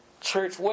church